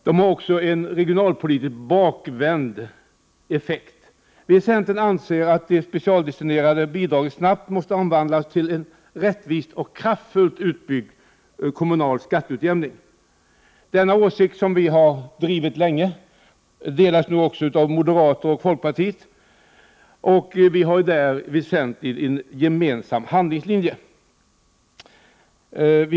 De har också regionalpolitiskt bakvänd effekt. Vi i centern anser att de specialdestinerade bidragen snabbt måste omvandlas till rättvis och kraftfullt utbyggd kommunal skatteutjämning. Denna åsikt har vi drivit länge, och den delas nu också av moderaterna och folkpartiet. Vi har där en gemensam handlingslinje.